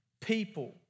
people